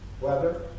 weather